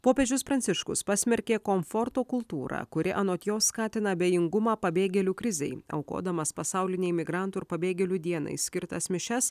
popiežius pranciškus pasmerkė komforto kultūrą kuri anot jo skatina abejingumą pabėgėlių krizei aukodamas pasaulinei migrantų ir pabėgėlių dienai skirtas mišias